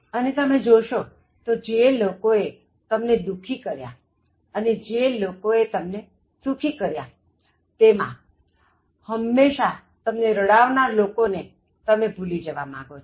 અને તમે જોશો તો જે લોકોએ તમને દુખી કર્યા અને જે લોકોએ તમને સુખી કર્યાતમે હંમેશા તમને રડાવનાર લોકોને ભૂલી જવા માગો છો